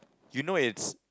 you know it's